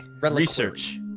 Research